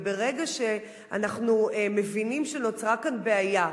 וברגע שאנחנו מבינים שנוצרה כאן בעיה,